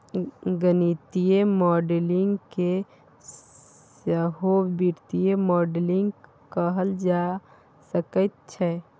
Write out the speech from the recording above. गणितीय मॉडलिंग केँ सहो वित्तीय मॉडलिंग कहल जा सकैत छै